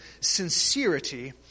sincerity